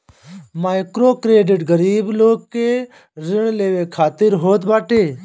microcredit गरीब लोग के ऋण लेवे खातिर होत बाटे